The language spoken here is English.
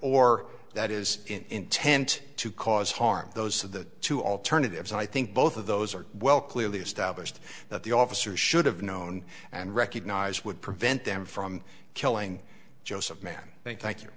or that is intent to cause harm those are the two alternatives and i think both of those are well clearly established that the officer should have known and recognized would prevent them from killing joseph mann thank thank you